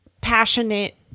passionate